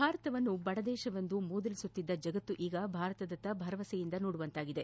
ಭಾರತವನ್ನು ಬಡದೇಶವೆಂದು ಮೂದಲಿಸುತ್ತಿದ್ದ ಜಗತ್ತು ಈಗ ಭಾರತದತ್ತ ಭರವಸೆಯಿಂದ ನೋಡುವಂತಾಗಿದೆ